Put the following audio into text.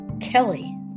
Kelly